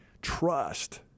trust